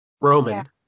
Roman